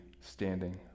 standing